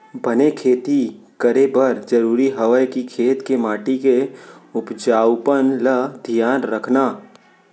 बने खेती करे बर जरूरी हवय कि खेत के माटी के उपजाऊपन ल धियान रखना